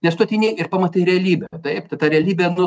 nes tu ateini ir pamatai realybę taip tai ta realybė nu